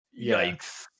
yikes